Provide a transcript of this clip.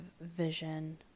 vision